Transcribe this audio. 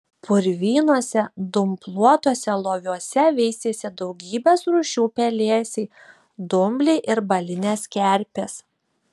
purvinuose dumbluotuose loviuose veisėsi daugybės rūšių pelėsiai dumbliai ir balinės kerpės